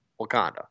Wakanda